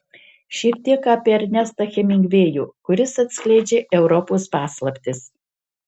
siek tiek apie ernestą hemingvėjų kuris atskleidžia europos paslaptis